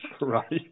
Right